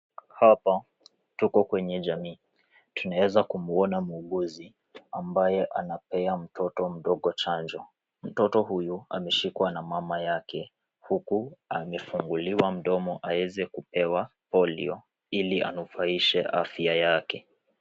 Hapa tuko kwenye jamii. Tunaeza kumuona muuguzi ambaye anapea mtoto mdogo chanjo. Mtoto huyu ameshikwa na mama yake, huku amefunguliwa mdomo aeze kupewa Polio, ili anufaishe afya yake.